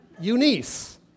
Eunice